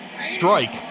Strike